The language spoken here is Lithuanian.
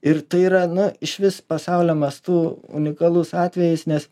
ir tai yra na išvis pasaulio mastu unikalus atvejis nes